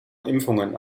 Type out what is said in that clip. impfungen